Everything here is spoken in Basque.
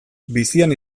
bizian